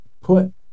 put